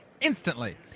instantly